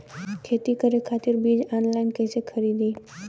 खेती करे खातिर बीज ऑनलाइन कइसे खरीदी?